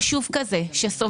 אני אומרת לכם שיישוב כזה שסופג,